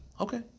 Okay